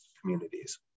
communities